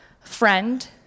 Friend